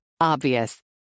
Obvious